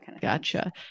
Gotcha